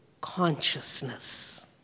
consciousness